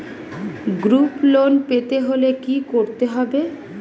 Group loan পেতে হলে কি করতে হবে?